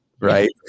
right